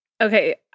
okay